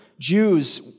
Jews